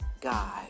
God